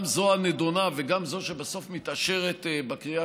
גם זו הנדונה וגם זו שבסוף מתאשרת בקריאה